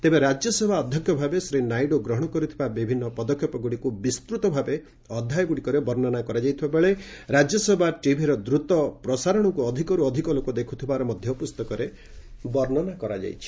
ତେବେ ରାଜ୍ୟସଭା ଅଧ୍ୟକ୍ଷ ଭାବେ ଶ୍ରୀ ନାଇଡ଼ୁ ଗ୍ରହଣ କରିଥିବା ଭିନ୍ନ ପଦକ୍ଷେପଗୁଡ଼ିକୁ ବିସ୍ତୂତ ଭାବେ ଅଧ୍ୟାୟରେ ବର୍ଣ୍ଣନା କରାଯାଇଥିବା ବେଳେ ରାଜ୍ୟସଭା ଟିଭିର ଦ୍ରତ ପ୍ରସାରଣକୁ ଅଧିକରୁ ଅଧିକ ଲୋକ ଦେଖୁଥିବାର ମଧ୍ୟ ପୁସ୍ତକରେ ସ୍ଥାନ ପାଇଛି